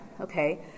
okay